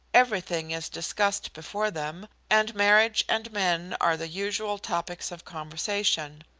everything is discussed before them, and marriage and men are the usual topics of conversation.